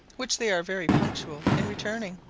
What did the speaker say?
which they are very punctual in returning.